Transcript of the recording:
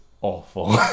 awful